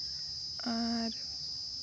ᱟᱨ